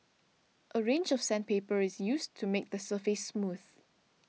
a range of sandpaper is used to make the surface smooth